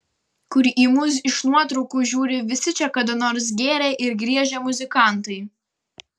kur į mus iš nuotraukų žiūri visi čia kada nors gėrę ir griežę muzikantai